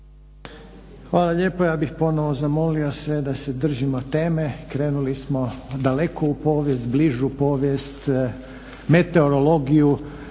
Hvala lijepo. Ja bih ponovo zamolio sve da se držimo teme. Krenuli smo daleko u povijest, bližu povijest, meteorologiju,